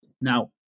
Now